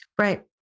Right